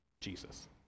Jesus